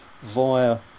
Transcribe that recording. via